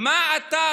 מה אתה,